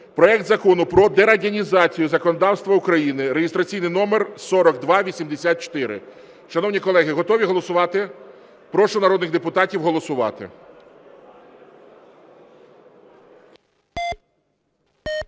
проект Закону про дерадянізацію законодавства України (реєстраційний номер 4284). Шановні колеги, готові голосувати? Прошу народних депутатів голосувати.